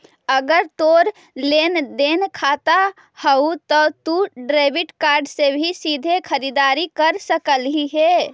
अगर तोर लेन देन खाता हउ त तू डेबिट कार्ड से भी सीधे खरीददारी कर सकलहिं हे